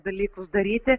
dalykus daryti